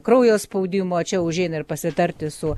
kraujo spaudimo čia užeina ir pasitarti su